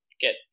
get